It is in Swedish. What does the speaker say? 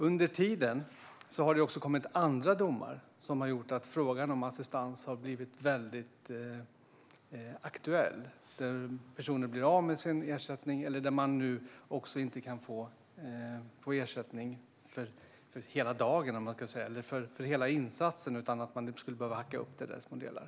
Under tiden har det också kommit andra domar som har gjort att frågan om assistans har blivit väldigt aktuell. Det handlar om personer som blir av med sin ersättning eller inte längre kan få ersättning för hela insatsen, så att den måste hackas upp i små delar.